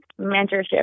mentorship